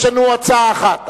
יש לנו הצעה אחת,